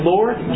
Lord